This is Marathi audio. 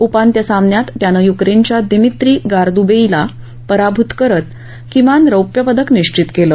उपांत्य सामन्यात त्यानं युक्रेनच्या दिमित्रो गार्दबेईला पराभूत करत किमान रौप्य पदक निश्चित केलं